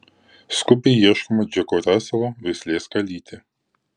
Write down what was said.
skubiai ieškoma džeko raselo veislės kalytė